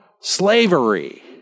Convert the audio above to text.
slavery